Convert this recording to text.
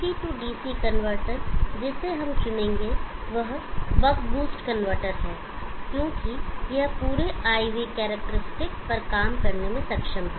DC DC converter जिसे हम चुनेंगे वह बक बूस्ट कनवर्टर है क्योंकि यह पूरे IV कैरेक्टरिस्टिक पर काम करने में सक्षम है